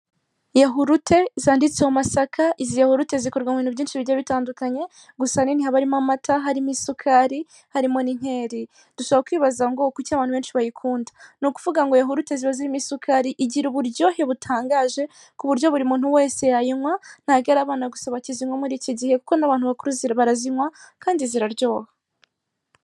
Yahurute zanditseho MASAKA izi yahurute zikorwa mu bintu byinshi bigiye bitandukanye gusa ahanini haba harimo amata, harimo isukari, harimo n'inkeri. Dushobora kwibaza ngo kuki abantu benshi bayikunda, nukuvuga ngo yahurute ziba zirimo isukari, igira uburyohe butangaje ku buryo buri muntu wese yayinywa ntago ari abana gusa bakizinywa muri iki gihe kuko n'abantu bakuru barazinywa kandi ziraryoha.